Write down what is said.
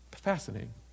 Fascinating